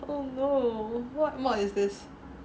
oh no what mod is this